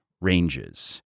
ranges